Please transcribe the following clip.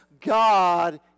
God